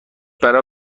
برا